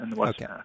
Okay